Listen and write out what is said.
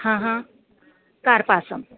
हा हा कार्पासम्